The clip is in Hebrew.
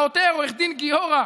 העותר, עו"ד גיורא,